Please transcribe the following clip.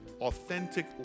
authentic